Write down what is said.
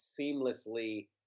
seamlessly